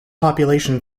population